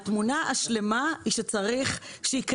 התמונה השלמה קיימת.